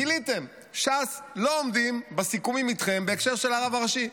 גיליתם: ש"ס לא עומדים בסיכומים איתכם בהקשר של הרב הראשי.